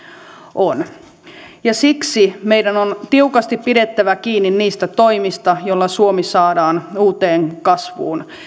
on siksi meidän on tiukasti pidettävä kiinni niistä toimista joilla suomi saadaan uuteen kasvuun